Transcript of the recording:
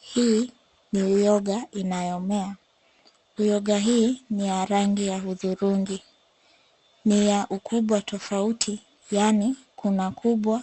Hii ni uyoga inayomea. Uyoga hii ni ya rangi ya hudhurungi. Ni ya ukubwa tofauti, yaani kuna kubwa ,